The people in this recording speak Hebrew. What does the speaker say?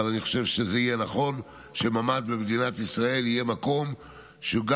אבל אני חושב שיהיה נכון שממ"ד במדינת ישראל יהיה מקום שגם